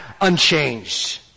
unchanged